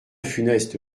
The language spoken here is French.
funeste